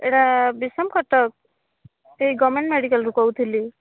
ଏଇଟା ବିଷମକଟକ ଏଇ ଗଭର୍ନମେଣ୍ଟ ମେଡ଼ିକାଲ୍ରୁ କହୁଥିଲି